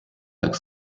так